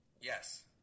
Yes